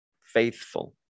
faithful